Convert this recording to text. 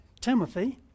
timothy